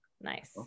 Nice